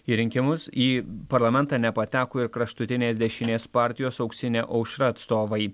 į rinkimus į parlamentą nepateko ir kraštutinės dešinės partijos auksinė aušra atstovai